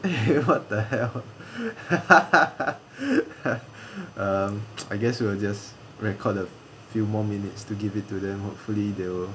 eh what the hell um I guess we'll just record a few more minutes to give it to them hopefully they will